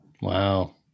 Wow